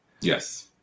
Yes